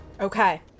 Okay